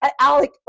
Alec